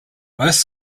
most